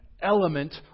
element